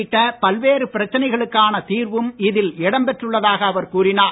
உள்ளிட்ட பல்வேறு பிரச்சனைகளுக்கான தீர்வும் இதில் இடம்பெற்றுள்ளதாக அவர் கூறினார்